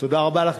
תודה רבה לך,